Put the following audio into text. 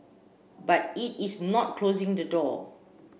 but it is not closing the door